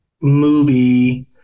movie